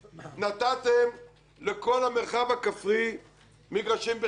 נתתם לכל המרחב הכפרי מגרשים בחינם.